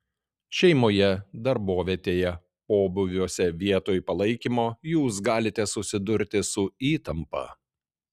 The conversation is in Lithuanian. šeimoje darbovietėje pobūviuose vietoj palaikymo jūs galite susidurti su įtampa